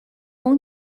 اون